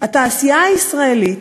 התעשייה הישראלית,